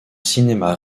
cinéma